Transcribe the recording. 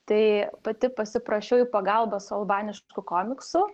tai pati pasiprašiau į pagalbą su albanišku komiksu